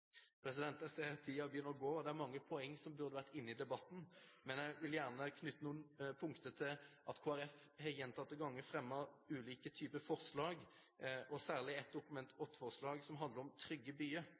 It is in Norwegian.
Det er mange poeng som burde vært inne i debatten, men jeg vil gjerne knytte noen punkter til at Kristelig Folkeparti gjentatte ganger har fremmet ulike typer forslag, særlig et Dokument